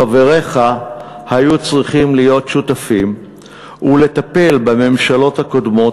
חבריך היו צריכים להיות שותפים ולטפל בממשלות הקודמות,